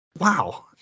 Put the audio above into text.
wow